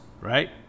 right